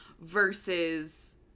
versus